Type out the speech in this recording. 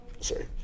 sorry